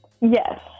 yes